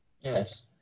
yes